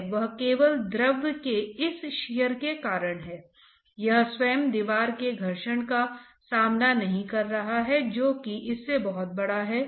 तो कंप्रेसिबल द्रवों से संबंधित कुछ मुद्दों और कंप्रेसिबल द्रव प्रणालियों की मात्रा का निर्धारण उस पाठ्यक्रम में किया जाएगा